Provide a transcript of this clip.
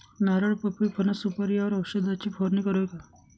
नारळ, पपई, फणस, सुपारी यावर औषधाची फवारणी करावी का?